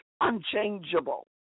unchangeable